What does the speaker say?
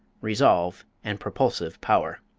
resolve, and propulsive power.